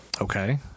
Okay